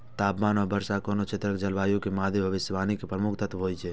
तापमान आ वर्षा कोनो क्षेत्रक जलवायु के मादे भविष्यवाणी के प्रमुख तत्व होइ छै